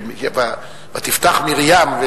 ותפתח מרים,